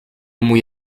muy